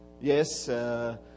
Yes